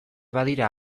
badira